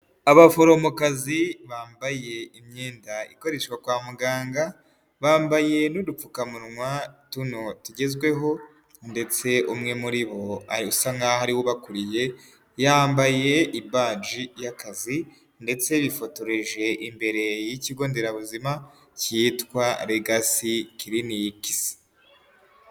Abaforomokazi bambaye imyenda ikoreshwa kwa muganga, bambaye n'udupfukamunwa tuno tugezweho ndetse umwe muri bo usa nk'aho ari we ubakuriye, yambaye ibaji y'akazi ndetse bifotoreje imbere y'ikigo nderabuzima cyitwa Legacy Clinics.